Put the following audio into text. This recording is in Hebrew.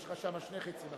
אני